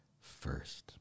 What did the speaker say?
first